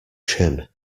chin